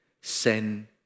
send